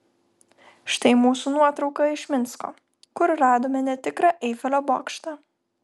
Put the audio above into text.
štai mūsų nuotrauka iš minsko kur radome netikrą eifelio bokštą